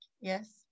Yes